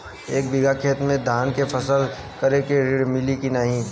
एक बिघा खेत मे धान के फसल करे के ऋण मिली की नाही?